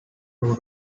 two